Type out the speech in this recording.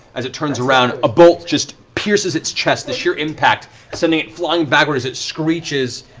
as it turns around, a bolt just pierces its chest, the sheer impact sending it flying backward as it screeches,